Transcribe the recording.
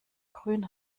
grün